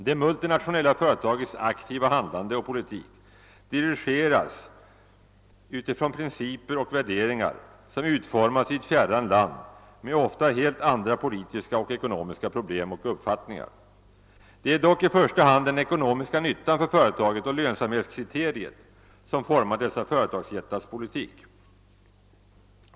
Det multinationella företagets aktiva handlande och politik dirigeras utifrån principer och värderingar, som utformas i ett fjärran land med ofta helt andra politiska och ekonomiska problem och uppfattningar. Det är dock i första hand den ekonomiska nyttan för företaget och lönsamhetskriteriet, som formar dessa företagsjättars politik.